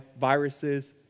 viruses